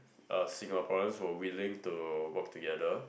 uh Singaporeans were willing to work together